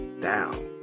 down